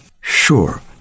sure